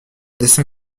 dessin